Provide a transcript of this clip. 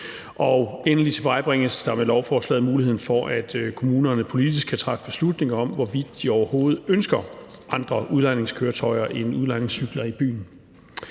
Endelig tilvejebringes der med lovforslaget muligheden for, at kommunerne politisk kan træffe beslutning om, hvorvidt de overhovedet ønsker andre udlejningskøretøjer end udlejningscykler i byen.